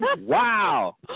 Wow